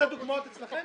לא אצלך ולא במקומות